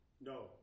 No